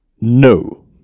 No